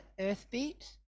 EarthBeat